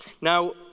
Now